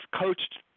coached